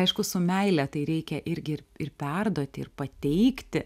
aišku su meile tai reikia irgi ir ir perduoti ir pateikti